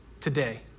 Today